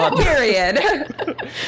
Period